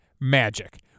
Magic